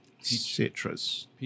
Citrus